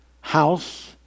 house